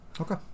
Okay